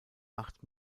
acht